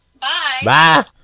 Bye